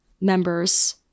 members